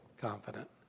confident